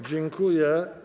Dziękuję.